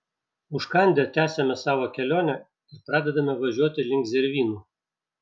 užkandę tęsiame savo kelionę ir pradedame važiuoti link zervynų